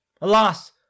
Alas